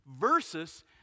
versus